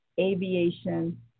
aviation